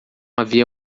havia